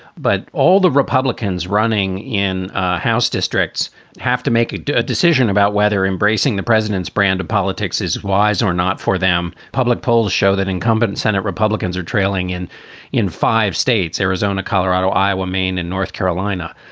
but all the republicans running in house districts have to make a decision about whether embracing the president's brand of politics is wise or not for them. public polls show that incumbent senate republicans are trailing in in five states, arizona, colorado, iowa, maine and north carolina.